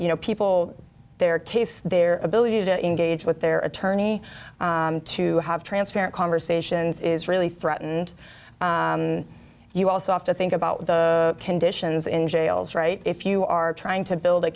you know people their case their ability to engage with their attorney to have transparent conversations is really threatened you also have to think about the conditions in jails right if you are trying to build a